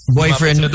boyfriend